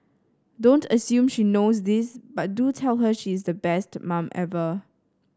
don't assume she knows this but do tell her she is the best mum ever